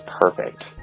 perfect